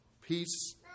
Peace